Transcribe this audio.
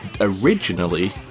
originally